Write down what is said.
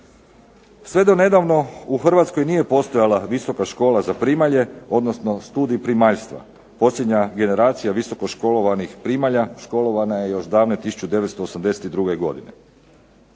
Sve do nedavno u Hrvatskoj nije postojala visoka škola za primalje, odnosno studij primaljstva. Posljednja generacija visoko školovanih primalja školovana je još davne 1982. godine.